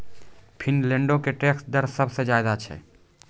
फिनलैंडो के टैक्स दर सभ से ज्यादे छै